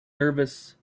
nervous